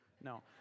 No